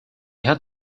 had